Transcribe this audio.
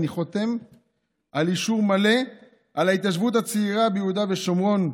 אני חותם על אישור מלא להתיישבות הצעירה ביהודה ושומרון".